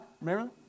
Remember